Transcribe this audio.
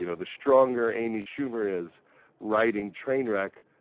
you know the stronger amy schumer is writing trainwreck,